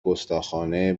گستاخانه